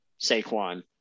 Saquon